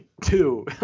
two